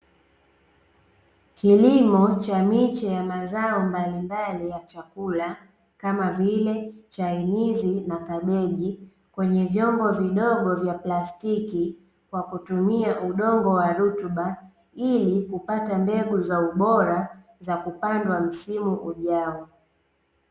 Kilimo cha miche ya mazao mbalimbali ya chakula kama vile chainizi na kabeji, kwenye vyombo vidogo vya plastiki kwa kutumia udongo wa rutuba ili kupata mbegu za ubora za kupandwa msimu ujao.